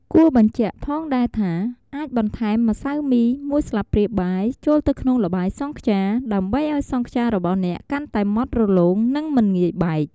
គួរបញ្ជាក់ផងដែរថា អាចបន្ថែម ម្សៅមី ១ ស្លាបព្រាបាយ ចូលក្នុងល្បាយសង់ខ្យា ដើម្បីឲ្យសង់ខ្យារបស់អ្នកកាន់តែម៉ដ្ឋរលោង និងមិនងាយបែក។